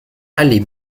allée